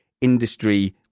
industry